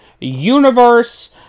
universe